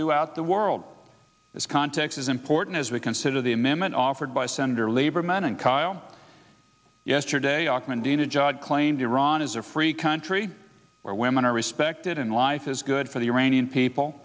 throughout the world this context is important as we consider the amendment offered by sen lieberman and carl yesterday oxman dana just claimed iran is a free country where women are respected and life is good for the iranian people